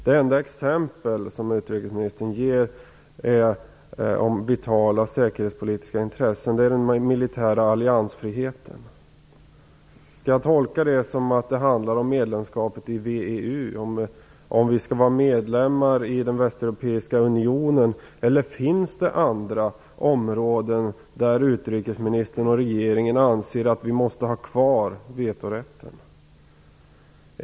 Det enda exempel som utrikesministern ger om vitala säkerhetspolitiska intressen är den militära alliansfriheten. Skall jag tolka det som att det handlar om medlemskapet i VEU, dvs. om vi skall vara medlemmar i den västeuropeiska unionen, eller finns det andra områden där utrikesministern och regeringen anser att vi måste ha kvar vetorätten?